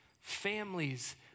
Families